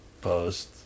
Post